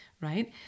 Right